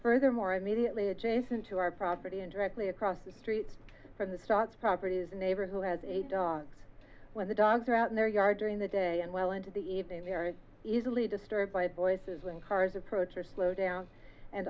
furthermore i mediately adjacent to our property and directly across the street from the stocks property is a neighbor who has a dog when the dogs are out in their yard during the day and well into the evening very easily disturbed by voices when cars approach or slow down and